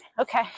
Okay